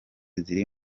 ziri